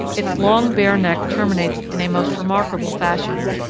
its long, bare neck terminates in a most remarkable fashion,